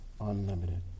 unlimited